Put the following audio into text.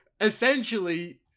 essentially